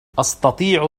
أستطيع